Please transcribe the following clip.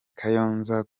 kayonza